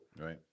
right